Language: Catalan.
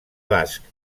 basc